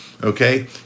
Okay